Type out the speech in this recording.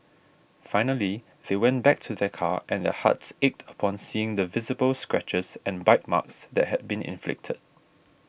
finally they went back to their car and their hearts ached upon seeing the visible scratches and bite marks that had been inflicted